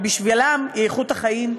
אולם בשבילם היא איכות החיים,